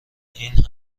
این